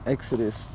Exodus